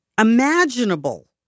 imaginable